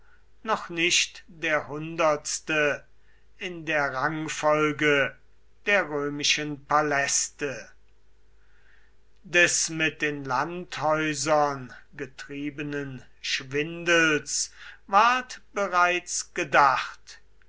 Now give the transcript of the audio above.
noch nicht der hundertste in der rangfolge der römischen paläste des mit den landhäusern getriebenen schwindels ward bereits gedacht